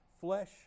flesh